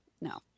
No